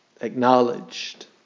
Acknowledged